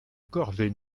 corvée